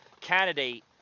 candidate